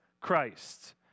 Christ